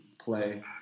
play